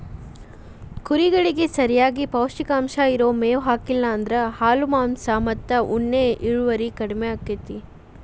ಕುರಿಗಳಿಗೆ ಸರಿಯಾಗಿ ಪೌಷ್ಟಿಕಾಂಶ ಇರೋ ಮೇವ್ ಹಾಕ್ಲಿಲ್ಲ ಅಂದ್ರ ಹಾಲು ಮಾಂಸ ಮತ್ತ ಉಣ್ಣೆ ಇಳುವರಿ ಕಡಿಮಿ ಆಕ್ಕೆತಿ